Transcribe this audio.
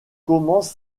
commence